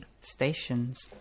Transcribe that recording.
stations